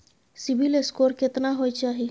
CIBIL score केतना होय चाही?